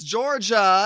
Georgia